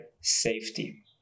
safety